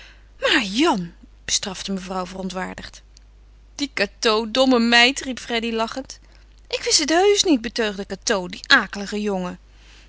maar jan bestrafte mevrouw verontwaardigd die cateau domme meid riep freddy lachend ik wist het heusch niet betuigde cateau die akelige jongen